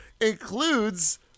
includes